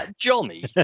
johnny